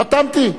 חתמתי.